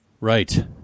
Right